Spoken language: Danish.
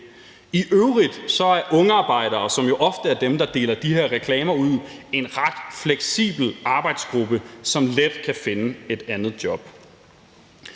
I øvrigt er ungarbejdere, som jo ofte er dem, der deler de her reklamer ud, en ret fleksibel arbejdsgruppe, som let kan finde et andet job.